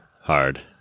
hard